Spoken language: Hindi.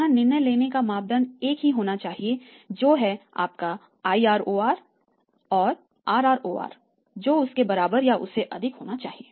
यहां निर्णय लेने का मापदंड एक ही होना चाहिए जो है आपका IROR RROR के बराबर या उससे अधिक होना चाहिए